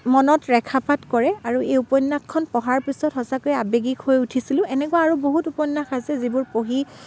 মনত ৰেখাপাত কৰে আৰু এই উপন্যাসখন পঢ়াৰ পিছত সঁচাকৈয়ে আৱেগিক হৈ উঠিছিলোঁ এনেকুৱা আৰু বহুত উপন্যাস আছে যিবোৰ পঢ়ি